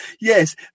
Yes